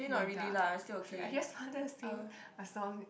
the dark